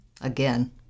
Again